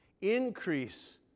Increase